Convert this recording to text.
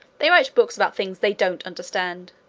they write books about things they don't understand,